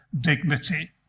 dignity